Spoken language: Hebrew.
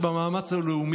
מגזר שלם, או רוב המגזר הזה,